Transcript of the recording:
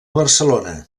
barcelona